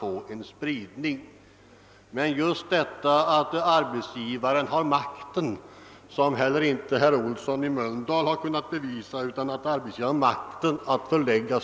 Innan en omläggning till ADB kan påbörjas måste dock det tänkta systemet testas i detalj under realistiska förhållanden. För att det fortsatta utredningsarbetet skall kunna drivas rationellt föreslås att beslut nu fattas också om de viktigaste principerna för inskrivningsväsendets organisation efter systemomläggningen.